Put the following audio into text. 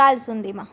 કાલ સુધીમાં